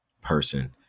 person